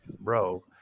Bro